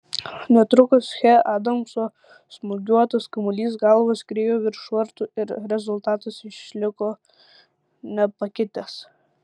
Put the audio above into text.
netrukus che adamso smūgiuotas kamuolys galva skriejo virš vartų ir rezultatas išliko nepakitęs